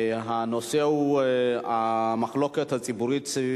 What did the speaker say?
הצעות לסדר-היום בנושא: המחלוקת הציבורית סביב